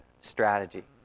strategy